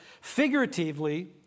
figuratively